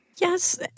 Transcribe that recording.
Yes